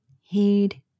Heed